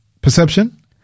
perception